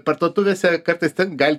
parduotuvėse kartais ten gali